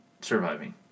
surviving